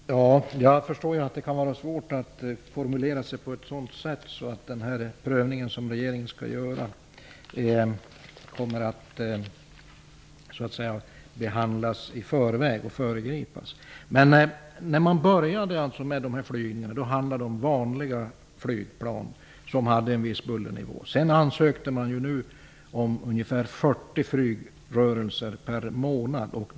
Fru talman! Jag förstår att det kan vara svårt att formulera sig på ett sådant sätt att den prövning som regeringen skall göra inte föregrips. När man började med dessa flygningar handlade det om vanliga flygplan som hade en viss bullernivå. Sedan ansöktes det om ungefär 40 flygrörelser per månad med JAS-planet.